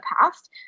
past